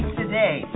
today